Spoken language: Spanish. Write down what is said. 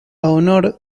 honor